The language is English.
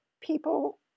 people